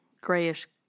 grayish